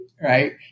right